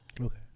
Okay